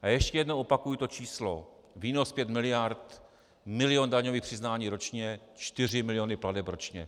A ještě jednou opakuji to číslo: výnos pět miliard, milion daňových přiznání ročně, čtyři miliony plateb ročně.